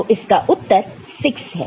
तो इसका उत्तर 6 है